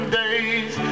days